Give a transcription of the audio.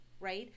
right